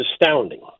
astounding